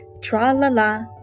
Tra-la-la